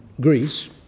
Greece